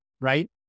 right